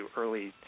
early